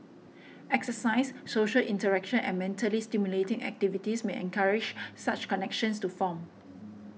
exercise social interaction and mentally stimulating activities may encourage such connections to form